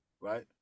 right